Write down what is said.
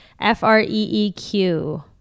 F-R-E-E-Q